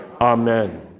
Amen